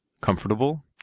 comfortable